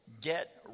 get